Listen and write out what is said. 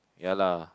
ya lah